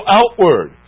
outward